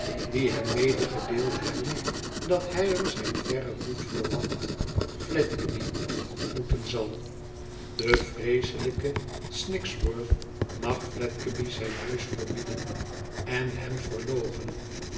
die hem medegedeeld hebben dat hij er zijn verren bloedverwant fiedgeby ontmoeten zal de vreeselijke snighsworth mag fiedgeby zijn huis verbieden en hem verloochenen